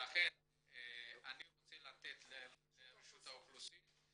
ולכן אני רוצה לתת את זכות הדיבור לרשות האוכלוסין,